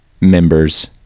members